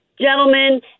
gentlemen